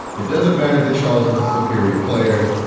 it doesn't matter that charles was a superior player.